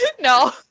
no